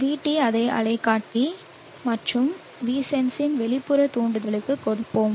VT அதை அலைக்காட்டி மற்றும் Vsense இன் வெளிப்புற தூண்டுதலுக்கு கொடுப்போம்